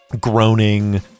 groaning